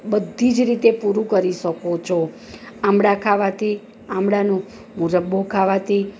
બધી જ રીતે પૂરું કરી શકો છો આમળા ખાવાંથી આમળાનો મુરબ્બો ખાવાથી